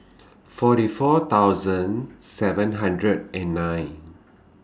forty four thousand seven hundred and nine